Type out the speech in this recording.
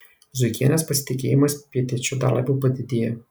zuikienės pasitikėjimas pietiečiu dar labiau padidėjo